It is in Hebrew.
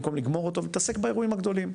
במקום לגמור אותו ולהתעסק באירועים הגדולים.